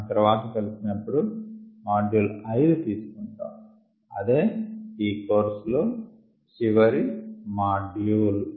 మనం తర్వాత కలిసినపుడు మాడ్యూల్ 5 తీసుకొంటాము అదే ఈ కోర్స్ లో చివరి మాడ్యూల్